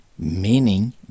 Meaning